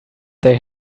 they